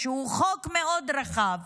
שהוא חוק מאוד רחב,